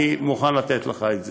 אני מוכן לתת לך את זה.